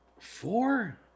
Four